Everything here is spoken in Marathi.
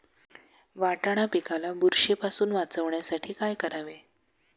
वाटाणा पिकाला बुरशीपासून वाचवण्यासाठी काय करावे?